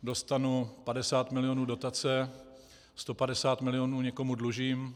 Dostanu 50 milionů dotace, 150 milionů někomu dlužím.